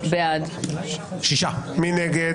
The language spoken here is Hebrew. מי נגד?